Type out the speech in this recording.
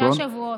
שישה שבועות.